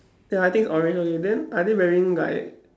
ya I think is orange okay then are they wearing like